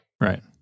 Right